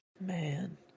Man